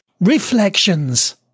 Reflections